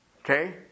Okay